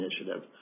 initiative